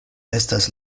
estas